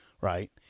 Right